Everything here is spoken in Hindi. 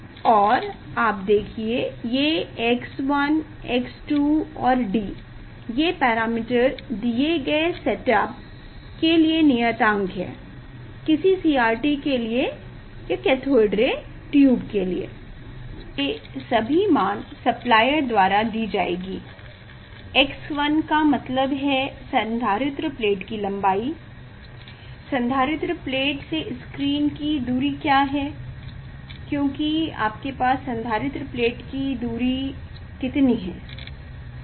और आप देखिए ये X1 X2 और D ये पैरामीटर दिये गए सेटअप के लिए नियतांक है किसी CRT के लिए कैथोड रे ट्यूब ये सभी मान सप्लाइर द्वारा दी जाएगी x1 का मतलब है संधारित्र प्लेट की लंबाई संधारित्र प्लेट से स्क्रीन की दूरी क्या है क्योंकि हमारे पास संधारित्र प्लेट की दूरी कितनी है